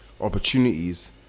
opportunities